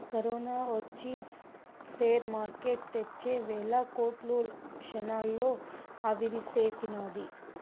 corona ఒచ్చి share market తెచ్చే వేల కోట్లు క్షణాల్లో ఆవిరిసేసినాది